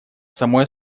самой